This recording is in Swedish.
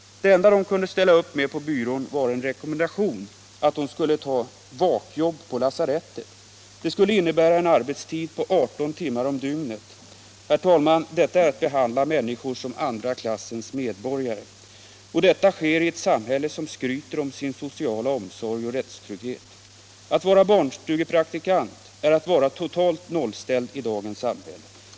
Det enda de kunde göra på byrån var att rekommendera att hon skulle ta ett vakjobb på lasarettet, vilket skulle innebära en arbetstid på 18 timmar om dygnet. Herr talman! Detta är att behandla människor som andra klassens medborgare, och det sker i ett samhälle som skryter med sin sociala omsorg och rättstrygghet. Att vara barnstugepraktikant i dagens samhälle är att vara totalt nollställd.